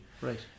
right